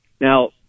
Now